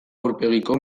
aurpegiko